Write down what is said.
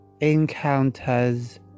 encounters